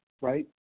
right